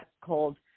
called